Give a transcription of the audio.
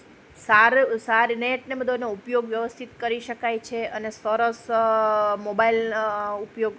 સારું સ સારી નેટને બધો એનો ઉપયોગ વ્યવસ્થિત કરી શકાય છે અને સરસ મોબાઈલ ઉપયોગ